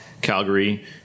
Calgary